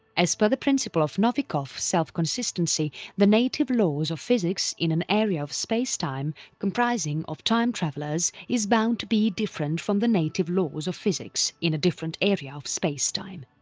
as per the principle of novikov self-consistency the native laws of physics in an area of spacetime comprising of time travellers is bound to be different from the native laws of physics in a different area of spacetime.